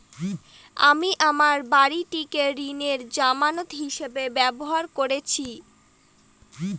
আমি আমার বাড়িটিকে ঋণের জামানত হিসাবে ব্যবহার করেছি